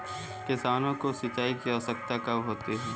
किसानों को सिंचाई की आवश्यकता कब होती है?